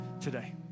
today